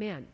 man